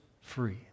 free